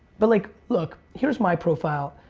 but like look, here's my profile.